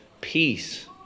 peace